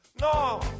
No